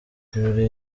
yuriye